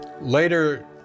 Later